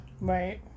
Right